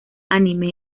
anime